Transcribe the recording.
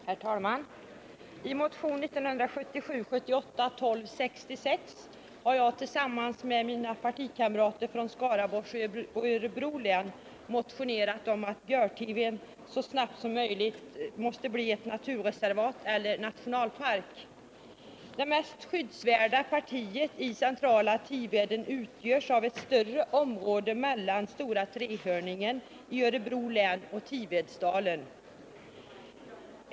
Herr talman! I motion 1977/78:1266 har jag tillsammans med mina partikamrater från Skaraborgs och Örebro län motionerat om att Görtiven så snart som möjligt blir naturreservat eller nationalpark. Det mest skyddsvärda partiet i centrala Tiveden utgörs av ett större område mellan Stora Trehörningen i Örebro län och Tivedsdalen.